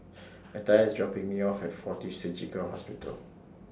Matthias IS dropping Me off At Fortis Surgical Hospital